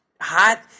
hot